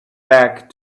back